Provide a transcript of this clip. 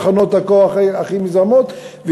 תחנות הכוח הכי מזהמות.